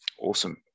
Awesome